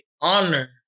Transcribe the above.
honor